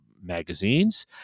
magazines